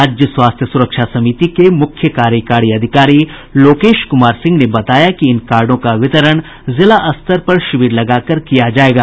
राज्य स्वास्थ्य सुरक्षा समिति के मुख्य कार्यकारी अधिकारी लोकेश कुमार सिंह ने बताया कि इन कार्डो का वितरण जिला स्तर पर शिविर लगाकर किया जायेगा